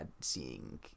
seeing